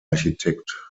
architekt